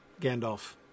Gandalf